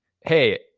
hey